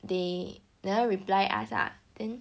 they never reply us ah then